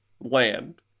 land